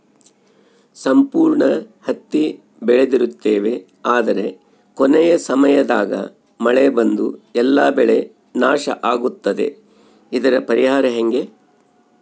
ಸಂಪೂರ್ಣ ಹತ್ತಿ ಬೆಳೆದಿರುತ್ತೇವೆ ಆದರೆ ಕೊನೆಯ ಸಮಯದಾಗ ಮಳೆ ಬಂದು ಎಲ್ಲಾ ಬೆಳೆ ನಾಶ ಆಗುತ್ತದೆ ಇದರ ಪರಿಹಾರ ಹೆಂಗೆ?